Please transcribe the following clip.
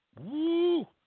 woo